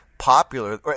popular